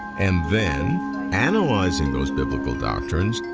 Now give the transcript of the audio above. and then analyzing those biblical doctrines,